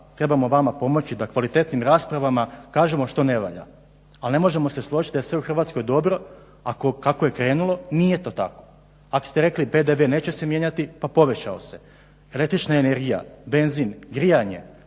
trebamo vama pomoći da kvalitetnim raspravama kažemo što ne valja. Ali ne možemo se složiti da je sve u Hrvatskoj dobro. A kako je krenulo nije to tako. Ako ste rekli PDV neće se mijenjati pa povećao se. Električna energija, benzin, grijanje,